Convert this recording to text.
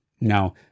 Now